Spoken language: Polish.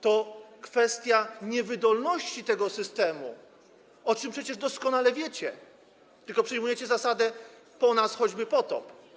To kwestia niewydolności tego systemu, o czym przecież doskonale wiecie, tylko przyjmujecie zasadę: po nas choćby potop.